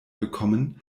bekommen